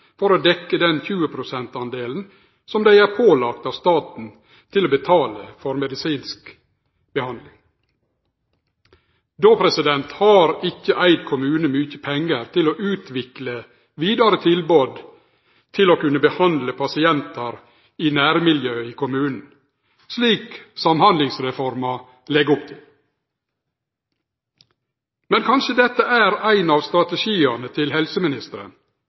for å dekkje den 20 pst.-delen som dei er pålagde av staten å betale for medisinsk behandling. Då har ikkje Eid kommune mykje pengar til å utvikle vidare tilbod til å kunne behandle pasientar i nærmiljøet i kommunen, slik Samhandlingsreforma legg opp til. Men kanskje dette er ein av strategiane til helseministeren